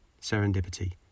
serendipity